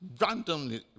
randomly